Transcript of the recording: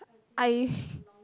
I